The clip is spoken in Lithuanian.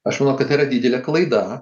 aš manau kad tai yra didelė klaida